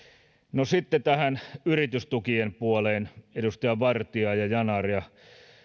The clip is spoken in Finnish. sitten tähän yritystukien puoleen edustaja vartia yanar ja